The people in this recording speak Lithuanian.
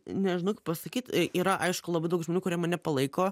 nežinau kaip pasakyt yra aišku labai daug žmonių kurie mane palaiko